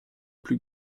plus